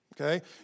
okay